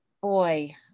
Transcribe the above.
Boy